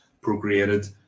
procreated